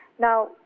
Now